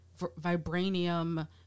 vibranium